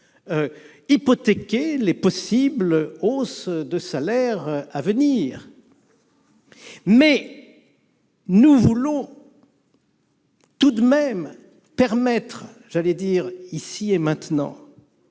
hypothéquer les possibles hausses de salaires à venir, mais nous entendons tout de même permettre ici et maintenant